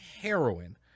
heroin